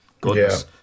Goodness